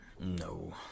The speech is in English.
No